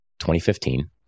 2015